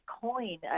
coin